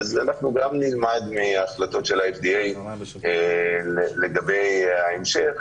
גם נלמד מההחלטות של ה-FDA לגבי ההמשך,